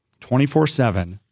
24-7